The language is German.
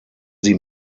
sie